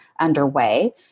underway